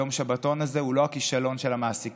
יום השבתון הזה הוא לא כישלון של המעסיקים,